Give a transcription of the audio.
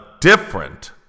different